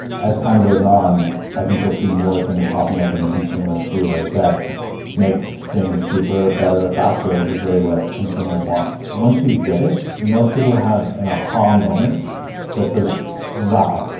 as time goes on i think you'll see more things popping up in the consumer sphere that make things cheaper, better, faster which is what consumers want. once you get it, most people have and ah-ha! um moment that says wow,